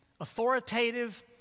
authoritative